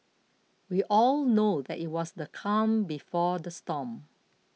we all know that it was the calm before the storm